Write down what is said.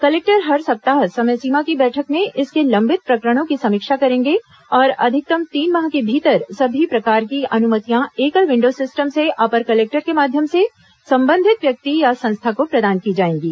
collector हर सप्ताह समय सीमा की बैठक में इसके लंबित प्रकरणों की समीक्षा करेंगे और अधिकतम तीन माह के भीतर सभी प्रकार की अनुमतियां एकल विन्डो सिस्टम से अपर कलेक्टर के माध्यम से संबंधित व्यक्ति या संस्था को प्रदान की जाएंगी